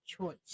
choice